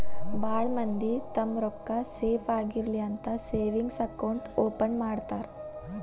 ಭಾಳ್ ಮಂದಿ ತಮ್ಮ್ ರೊಕ್ಕಾ ಸೇಫ್ ಆಗಿರ್ಲಿ ಅಂತ ಸೇವಿಂಗ್ಸ್ ಅಕೌಂಟ್ ಓಪನ್ ಮಾಡ್ತಾರಾ